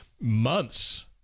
months